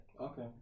Okay